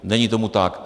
Není tomu tak.